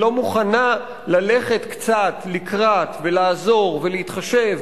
שלא מוכנה ללכת קצת לקראת ולעזור ולהתחשב